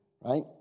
right